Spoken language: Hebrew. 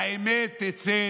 האמת תצא.